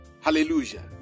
Hallelujah